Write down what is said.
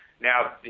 Now